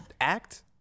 act